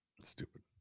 stupid